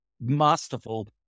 masterful